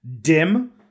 dim